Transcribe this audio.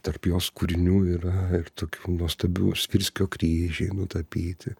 tarp jos kūrinių yra ir tokių nuostabių svirskio kryžiai nutapyti